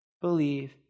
believe